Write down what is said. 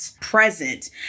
present